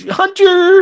hunter